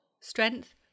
Strength